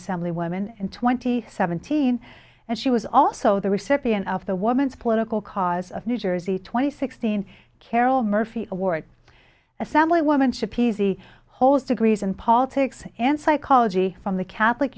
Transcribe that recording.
assembly women and twenty seventeen and she was also the recipient of the woman's political cause of new jersey twenty sixteen caryle murphy award assemblywoman schip easy hold degrees in politics and psychology from the catholic